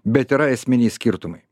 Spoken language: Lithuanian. bet yra esminiai skirtumai